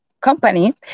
company